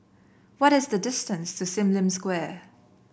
what is the distance to Sim Lim Square